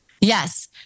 Yes